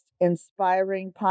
inspiring